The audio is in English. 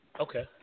Okay